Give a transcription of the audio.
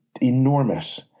enormous